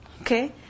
okay